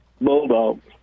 Bulldogs